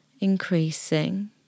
increasing